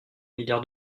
milliards